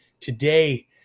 today